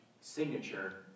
signature